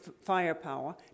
firepower